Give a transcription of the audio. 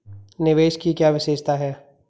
निवेश की क्या विशेषता है?